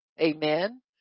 Amen